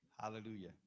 Hallelujah